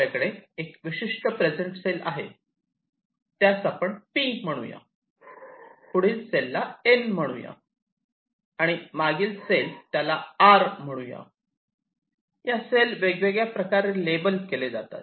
आपल्याकडे एक विशिष्ट प्रेझेंट सेल आहे त्यास आपण 'P' म्हणूया पुढील सेल ला 'N' म्हणू या आणि मागील सेल त्याला 'R' म्हणू या या सेल वेगळ्या प्रकारे लेबल केले जातात